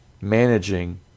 managing